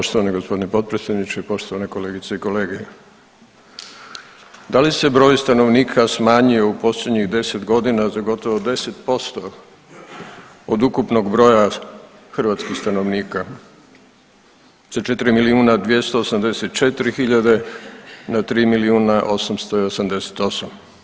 Poštovani gospodine potpredsjedniče, poštovane kolegice i kolege, da li se broj stanovnika smanjio u posljednjih 10 godina za gotovo 10% od ukupnog broja hrvatskih stanovnika, sa 4 milijuna 284 hiljade na 3 milijuna 888?